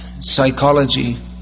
psychology